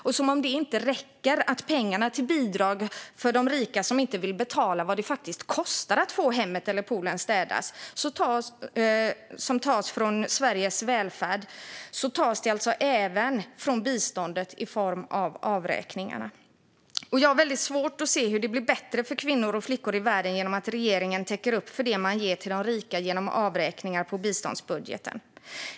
Och som om det inte räcker att pengarna till bidrag till de rika, som inte vill betala vad det faktiskt kostar att få hemmet eller poolen städad, tas från Sveriges välfärd tas det alltså även pengar från biståndet i form av avräkningarna. Jag har mycket svårt att se hur det blir bättre för kvinnor och flickor i världen genom att regeringen täcker upp för det som man ger till de rika genom avräkningar på biståndsbudgeten.